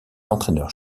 entraîneurs